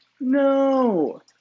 No